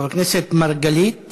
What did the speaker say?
חבר הכנסת מרגלית